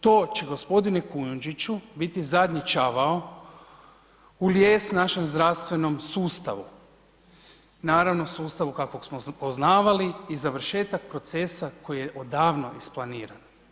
To će g. Kujundžiću biti zadnji čavao u lijes našem zdravstvenom sustavu, naravno, sustavu kakvog smo poznavali i završetak procesa koji je odavno isplaniran.